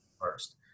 first